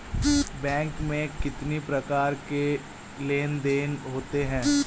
Bank में कितनी प्रकार के लेन देन देन होते हैं?